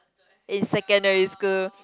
in secondary school